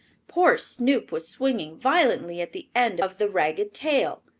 poor snoop was swinging violently at the end of the ragged tail.